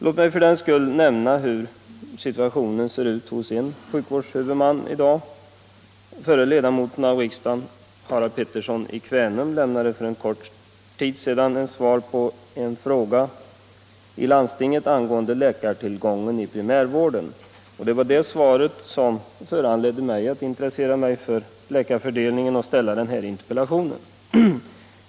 Låt mig för den skull nämna hur situationen ser ut hos en sjukvårdshuvudman. Förre ledamoten av riksdagen Harald Pettersson i Kvänum lämnade för kort tid sedan ett svar på en fråga i landstinget angående läkartillgången i primärvården, och det svaret föranledde mig att intressera mig för läkarfördelningen och ställa den här interpellationen.